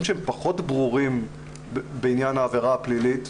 שהם פחות ברורים בעניין העבירה הפלילית,